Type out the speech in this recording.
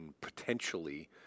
potentially